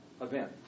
event